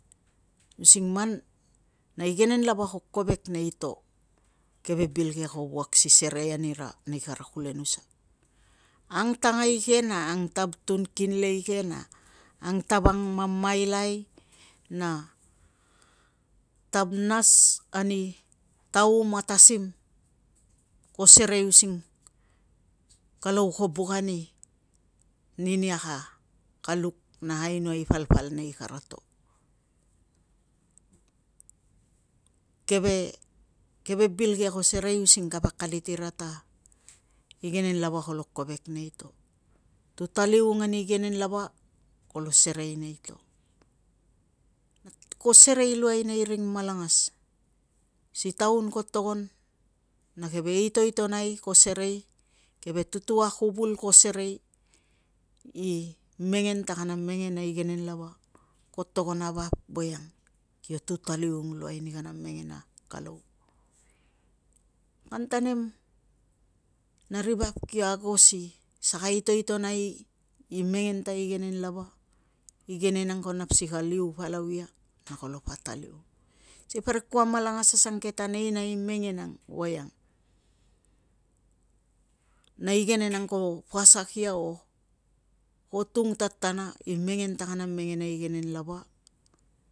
Using man a igenen lava ko kovek nei to, keve bil ke ko wuak si serei anira nei kara kulenusa. Angtangai ke, na angtavtun kinlei ke, na angtav mamailai, na tav nas ani taum a tasim ko serei using kalou ko buk ani ninia ka luk na ainoai i palpal nei karato. Keve bil ke ko serei using kapa akalit ira ta igenen lava kolo kovek nei to. Tutaliung ani igenen lava kolo serei nei to. Kolo serei luai nei ring malangas, si taun ko togon na keve itoitonai si serei, keve tutuakuvul ko serei i mengen ta kana mengen a igenen lava ko togon a vap voiang ko tutaliung luai ani kana mengen a kalou. Kantanem na ri vap ki ago si saka itoitonai i mengen ta igenen lava, igenen ang ko nap si ka liu palau ia na kolo pataliung. Sikei parik kupa malangas asangke ta neina i mengen voiang na igenen ang ko asak ia o ko tung tatana i mengen ta kana mengen a igenen lava